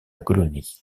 colonie